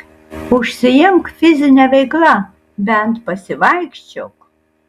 užsiimk fizine veikla bent pasivaikščiok